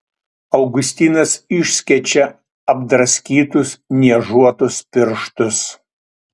augustinas išskečia apdraskytus niežuotus pirštus